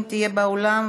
אם תהיה באולם,